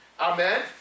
Amen